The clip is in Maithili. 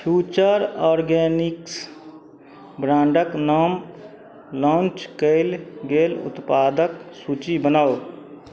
फ्यूचर ऑर्गेनिक्स ब्राण्डके नाम लॉन्च कएल गेल उत्पादके सूची बनाउ